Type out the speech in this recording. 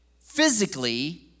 physically